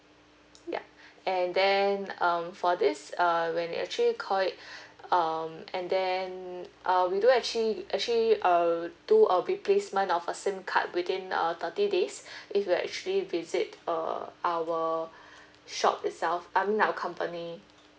yup and then um for this uh when you actually call it um and then uh we do actually actually um do a replacement of a SIM card within uh thirty days if you actually visit uh our shop itself I'm not a company